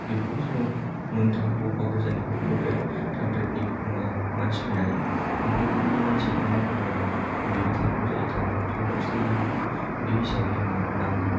बेफोरो जोंनाव मोननो थाङा बबेबा गोजाननिफ्राय फरग्रेड थार्ड ग्रेड नि मानसि फैनानै फर ग्रेड नि मानसिया बेयाव मावफै नांगौबा बेबो थानांगौ जायो टावनावसो थायो बेबो बे हिसाबै जोंङो नांगौ